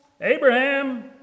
Abraham